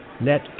Net